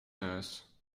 nurse